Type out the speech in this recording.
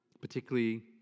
particularly